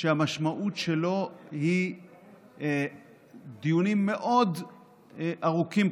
שהמשמעות שלו היא דיונים מאוד ארוכים,